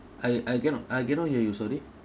I I cannot I cannot hear you sorry